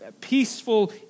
peaceful